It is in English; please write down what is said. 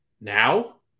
now